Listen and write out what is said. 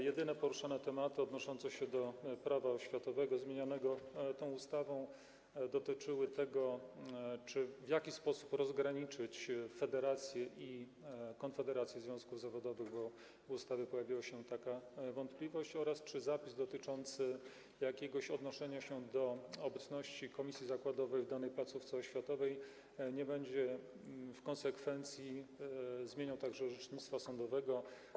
Jedyne poruszane tematy odnoszące się do Prawa oświatowego zmienianego tą ustawą dotyczyły tego, w jaki sposób rozgraniczyć federacje i konfederacje związków zawodowych, bo w związku z ustawą pojawiła się taka wątpliwość, oraz tego, czy zapis dotyczący jakiegoś odnoszenia się do obecności komisji zakładowej w danej placówce oświatowej nie będzie w konsekwencji zmieniał także orzecznictwa sądowego.